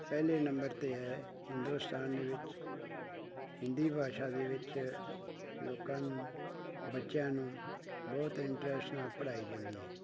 ਪਹਿਲੇ ਨੰਬਰ 'ਤੇ ਹੈ ਹਿੰਦੁਸਤਾਨ ਦੇ ਵਿੱਚ ਹਿੰਦੀ ਭਾਸ਼ਾ ਦੇ ਵਿੱਚ ਲੋਕਾਂ ਨੂੰ ਬੱਚਿਆਂ ਨੂੰ ਬਹੁਤ ਇੰਟਰਸਟ ਨਾਲ ਪੜ੍ਹਾਈ ਜਾਂਦੀ ਹੈ